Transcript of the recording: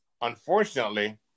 unfortunately